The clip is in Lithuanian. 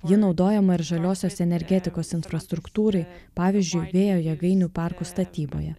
ji naudojama ir žaliosios energetikos infrastruktūrai pavyzdžiui vėjo jėgainių parkų statyboje